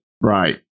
right